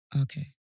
Okay